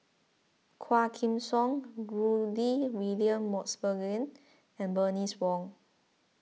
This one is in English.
Quah Kim Song Rudy William Mosbergen and Bernice Wong